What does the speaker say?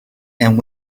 and